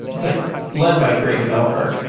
it's like led by a great developer.